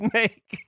make